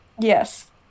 Yes